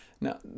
Now